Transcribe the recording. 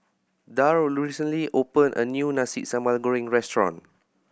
Darl recently opened a new Nasi Sambal Goreng restaurant